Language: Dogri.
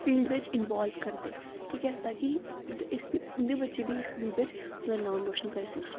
इस फील्ड बिच इन्वाल्व करदे ताकि उंदे बच्चे बी इस फील्ड बिच अपना नाम रोशन करी सकचै